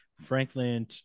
Franklin